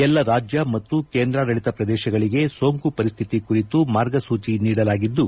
ಎಲ್ಲ ರಾಜ್ಯ ಮತ್ತು ಕೇಂದ್ರಾಡಳಿತ ಪ್ರದೇಶಗಳಿಗೆ ಸೋಂಕು ಪರಿಸ್ಥಿತಿ ಕುರಿತು ಮಾರ್ಗಸೂಚಿ ನೀಡಲಾಗಿದ್ದು